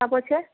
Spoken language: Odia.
ତା ପଛେ